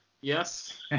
Yes